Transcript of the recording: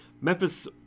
Memphis